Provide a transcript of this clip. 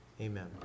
Amen